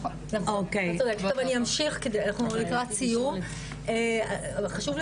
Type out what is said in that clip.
אני אמשיך, אנחנו לקראת סיום, חשוב לי